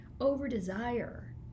over-desire